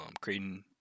Creighton